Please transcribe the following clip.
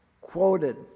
quoted